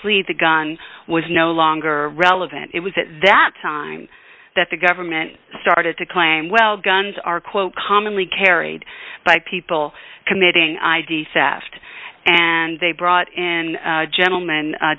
plea the gun was no longer relevant it was at that time that the government started to claim well guns are quote commonly carried by people committing id theft and they brought in a gentleman